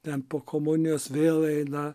ten po komunijos vėl eina